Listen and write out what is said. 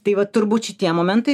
tai vat turbūt šitie momentai